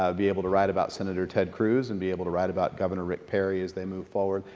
ah be able to write about senator ted cruz and be able to write about governor rick perry as they move forward.